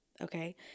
Okay